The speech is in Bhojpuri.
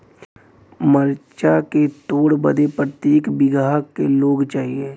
मरचा के तोड़ बदे प्रत्येक बिगहा क लोग चाहिए?